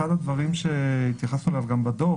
אחד הדברים שהתייחסנו אליו גם בדוח